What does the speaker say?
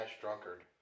Drunkard